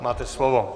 Máte slovo.